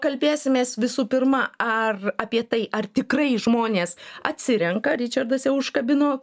kalbėsimės visų pirma ar apie tai ar tikrai žmonės atsirenka ričardas jau užkabino